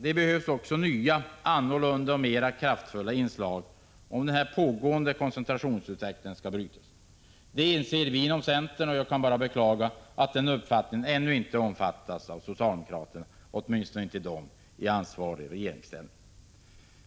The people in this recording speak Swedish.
Det behövs nya, annorlunda och mer kraftfulla inslag, om den pågående koncentrationsutvecklingen skall kunna brytas. Det inser vi inom centern, och jag kan bara beklaga att denna uppfattning ännu inte omfattas av socialdemokraterna, åtminstone inte av dem som är i ansvarig regeringsställning.